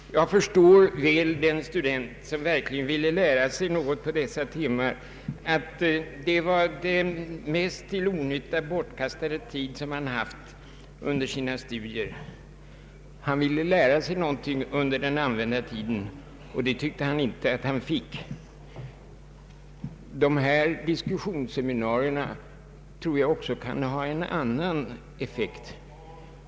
Jag förstår väl den student som verkligen ville lära sig något på dessa timmar och som därför menade att detta var den mest bortkastade tid som han haft under sina studier. Han ville lära sig något under den använda tiden, och det tyckte han inte att han fick. Dessa diskussionsseminarier kan enligt min uppfattning också ha en annan effekt.